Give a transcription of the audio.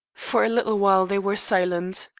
for a little while they were silent.